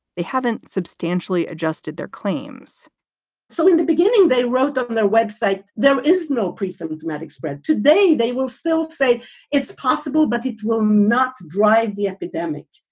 they haven't substantially adjusted their claims so in the beginning, they wrote on and their website, there is no principal dramatic spread. today, they will still say it's possible, but it will not drive the epidemic.